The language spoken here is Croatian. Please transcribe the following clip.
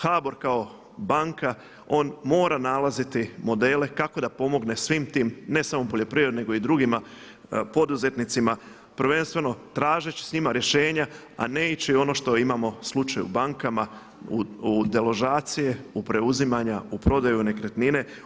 HBOR kao banka on mora nalaziti modele kako da pomogne svim tim ne samo poljoprivrednim nego i drugima poduzetnicima prvenstveno tražeći s njima rješenja, a ne ići ono što imamo slučaj u bankama u deložacije, u preuzimanja, u prodaju nekretnine.